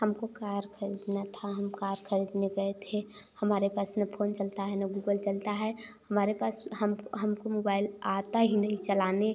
हमको कार खरीदना था हम कार खरीदने गए थे हमारे पास न फोन चलता है ना गूगल चलता है हमारे पास हम हमको मुबाइल आता ही नहीं चलाने